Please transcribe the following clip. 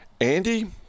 Andy